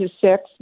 six